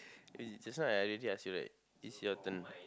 eh just now I already ask you right it's your turn